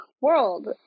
world